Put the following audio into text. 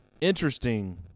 interesting